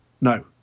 no